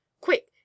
quick